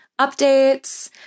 updates